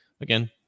again